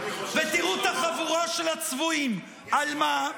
ותראו את החבורה של הצבועים, על מה?